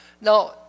Now